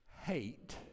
hate